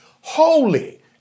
holy